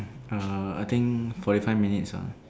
uh I think forty five minutes ah